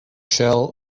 shell